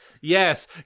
Yes